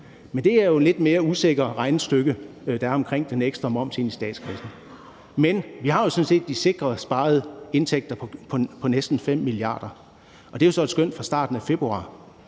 Men det er jo et lidt mere usikkert regnestykke, der er omkring den ekstra moms i statskassen. Men vi har jo sådan set de sikre sparede indtægter på næsten 5 mia. kr. Det er jo så et skøn fra starten af februar,